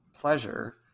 pleasure